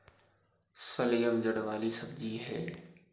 शलजम जड़ वाली सब्जी है